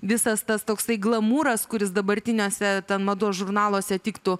visas tas toksai glamūras kuris dabartiniuose mados žurnaluose tiktų